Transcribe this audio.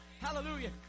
Hallelujah